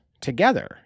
together